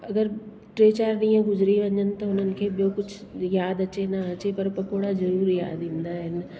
अगरि टे चारि ॾींहं गुजरी वञनि त उन्हनि खे ॿियो कुझु यादि अचे न अचे पकोड़ा ज़रूर यादि ईंदा आहिनि